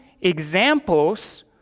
examples